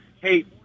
Hey